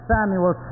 Samuel